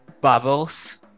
bubbles